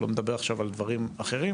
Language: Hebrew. אני לא מדבר עכשיו על דברים אחרים.